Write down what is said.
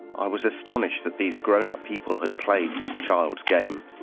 i was astonished that these grownup people had played this child's game.